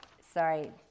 sorry